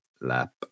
lap